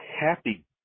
happy